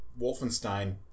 Wolfenstein